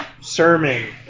sermon